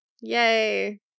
Yay